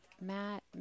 Matt